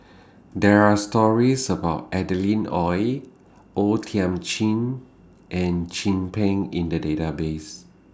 There Are stories about Adeline Ooi O Thiam Chin and Chin Peng in The Database